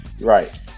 right